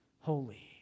holy